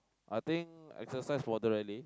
I think exercise moderately